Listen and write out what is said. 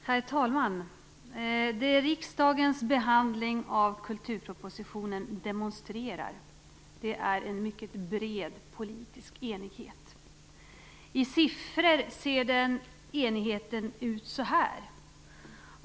Herr talman! Riksdagens behandling av kulturpropositionen demonstrerar en mycket bred politisk enighet. I siffror ser enigheten ut så här.